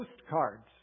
postcards